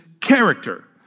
character